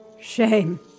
Shame